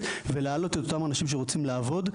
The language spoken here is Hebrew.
ולהעלות את אותם אנשים שרוצים לעבוד.